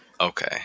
Okay